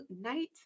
night